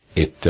it